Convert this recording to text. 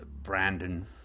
Brandon